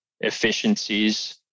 efficiencies